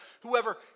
whoever